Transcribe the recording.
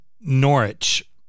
Norwich